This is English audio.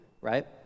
right